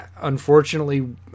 unfortunately